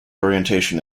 orientation